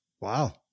Wow